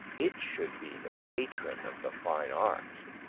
it should be the patron of the fine arts.